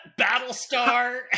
Battlestar